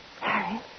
Harry